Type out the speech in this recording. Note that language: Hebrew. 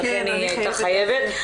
ולכן היא הייתה חייבת לעזוב.